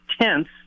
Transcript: tense